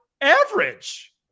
average